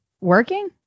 working